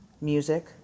music